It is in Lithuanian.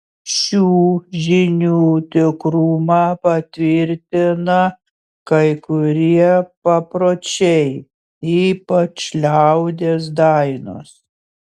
šių žinių tikrumą patvirtina kai kurie papročiai ypač liaudies dainos